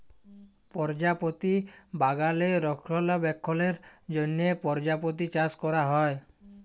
পরজাপতি বাগালে রক্ষলাবেক্ষলের জ্যনহ পরজাপতি চাষ ক্যরা হ্যয়